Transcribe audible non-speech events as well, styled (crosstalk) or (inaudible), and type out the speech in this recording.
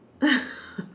(laughs)